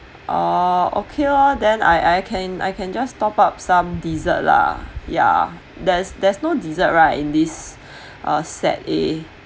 orh okay lor then I I can I can just top up some dessert lah yeah there's there's no dessert right in this uh set a